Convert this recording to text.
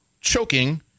choking